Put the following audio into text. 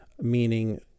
meaning